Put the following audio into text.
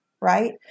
right